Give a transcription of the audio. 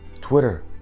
twitter